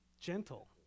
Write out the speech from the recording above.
Gentle